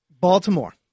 Baltimore